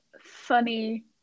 funny